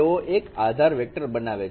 તેઓ એક આધાર વેક્ટર બનાવે છે